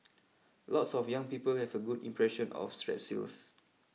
lots of young people have a good impression of Strepsils